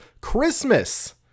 Christmas